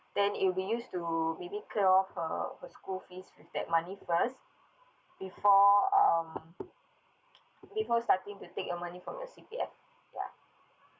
then it'll be used to maybe clear off her her school's fees with that money first before um before starting to take your money from your C_P_F ya